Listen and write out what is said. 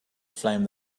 flame